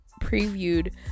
previewed